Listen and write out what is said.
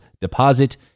deposit